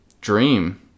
dream